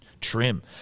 trim